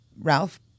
Ralph